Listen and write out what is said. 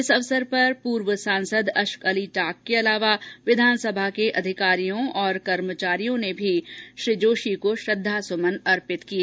इस अवसर पर पूर्व सांसद अश्क अली के अलावा विधानसभा के अधिकारियों तथा कर्मचारियों ने भी स्वर्गीय जोशी को श्रद्धा सुमन भेंट किए